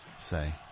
Say